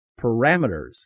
Parameters